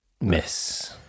miss